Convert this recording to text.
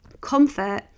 Comfort